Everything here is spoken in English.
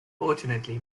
fortunately